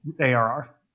ARR